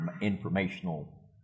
informational